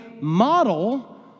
model